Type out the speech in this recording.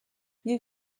hier